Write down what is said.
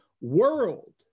world